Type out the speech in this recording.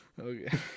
Okay